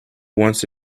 once